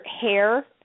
hair